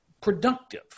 productive